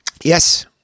Yes